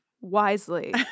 wisely